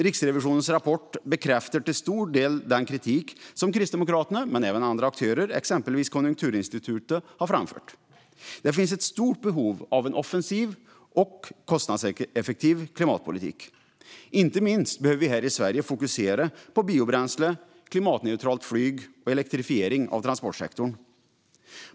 Riksrevisionens rapport bekräftar till stor del den kritik som inte bara Kristdemokraterna utan även andra aktörer, exempelvis Konjunkturinstitutet, har framfört. Det finns ett stort behov av en offensiv och kostnadseffektiv klimatpolitik. Inte minst behöver vi här i Sverige fokusera på biobränsle, klimatneutralt flyg och elektrifiering av transportsektorn.